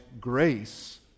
grace